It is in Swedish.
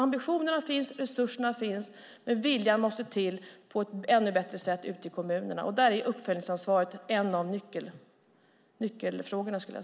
Ambitionerna finns och resurserna finns, men viljan måste till på ett ännu bättre sätt ute i kommunerna. Där är uppföljningsansvaret en av nyckelfrågorna.